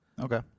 Okay